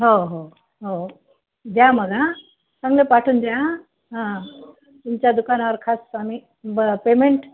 हो हो हो द्या मग हां चांगलं पाठवून द्या हां तुमच्या दुकानावर खास आम्ही ब पेमेंट